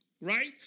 Right